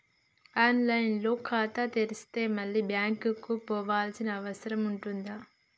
On line లో ఖాతా తెరిస్తే మళ్ళీ బ్యాంకుకు పోవాల్సిన అవసరం ఉంటుందా?